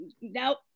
nope